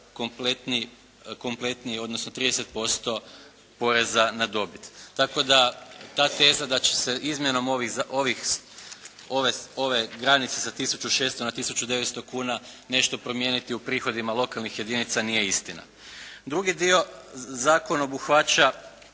kompletni, odnosno 30% poreza na dobit. Tako da ta teza da će se izmjenom ove granice sa 1.600,00 na 1.900,00 kuna nešto promijeniti u prihodima lokalnih jedinica nije istina. Drugi dio zakon obuhvaća